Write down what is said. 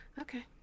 Okay